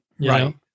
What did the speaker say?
Right